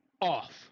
off